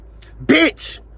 bitch